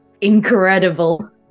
Incredible